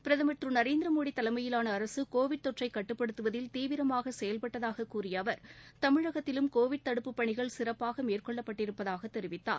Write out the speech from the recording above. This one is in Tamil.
பிரதமர் திரு நரேந்திரமோடி தலைமையிலான அரசு கோவிட் தொற்றை கட்டுப்படுத்துவதில் தீவிரமாக செயல்பட்டதாக கூறிய அவர் தமிழகத்திலும் கோவிட் தடுப்பு பணிகள் சிறப்பாக மேற்கொள்ளப்பட்டிருப்பதாக தெரிவித்தார்